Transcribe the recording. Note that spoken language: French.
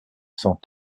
cent